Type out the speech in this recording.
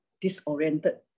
disoriented